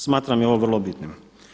Smatram i ovo vrlo bitnim.